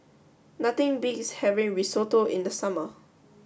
nothing beats having Risotto in the summer